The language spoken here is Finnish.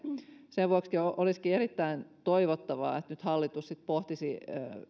sen vuoksi olisikin erittäin toivottavaa että nyt hallitus sitten pohtisi myös